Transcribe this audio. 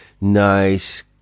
nice